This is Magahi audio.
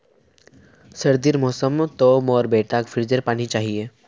सर्दीर मौसम तो मोर बेटाक फ्रिजेर पानी चाहिए